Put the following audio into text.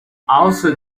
also